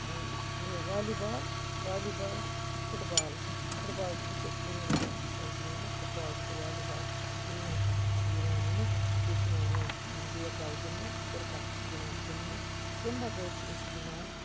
یہِ volleyball volleyball تہٕ football football یِم چھِ دۄنوَے واریاہ اصل گیمہٕ پھُٹ بال تہِ تہٕ والی بال تہِ چھِ گِندنہٕ چھِ چھِ یِوان یِمہٕ بیٚیہِ چھُ یِوان یِم بیٹ بال گِندنہٕ کِرکَٹ یِوان گِندنہٕ تمہِ بَغٲر چھِ أسۍ گِنٛدان